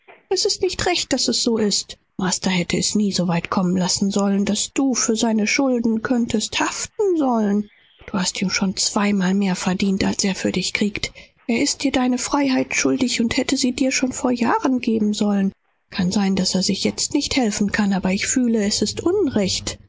s ist nicht recht daß es so sein muß master hätte s nie sollen so kommen lassen daß du für seine schulden genommen werden konntest hast ihm alles verdient was er für dich kriegt doppelt er war dir deine freiheit schuldig und hätte sie dir geben sollen vor jahren schon mag sein daß er sich jetzt nicht helfen kann aber ich fühle s s ist doch unrecht